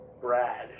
Brad